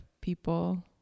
people